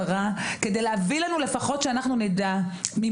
כדי להביא לנו כדי שלפחות אנחנו נדע את הצרכים,